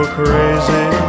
crazy